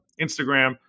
Instagram